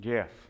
Yes